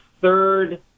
third